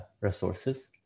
resources